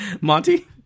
Monty